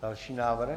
Další návrh?